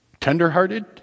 Tenderhearted